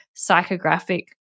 psychographic